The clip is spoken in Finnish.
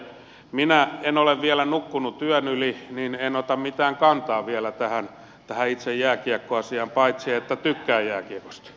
minä en ole vielä nukkunut yön yli niin että en ota mitään kantaa vielä tähän itse jääkiekkoasiaan paitsi että tykkään jääkiekosta